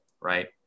Right